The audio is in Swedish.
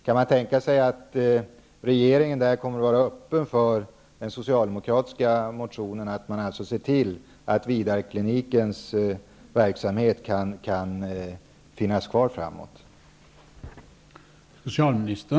Kan man tänka sig att regeringen kommer att vara öppen för yrkandet i den socialdemokratiska motionen och se till att Vidarklinikens verksamhet kan finnas kvar framöver?